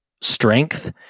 strength